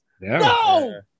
No